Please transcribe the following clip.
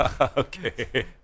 Okay